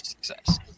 success